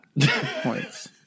points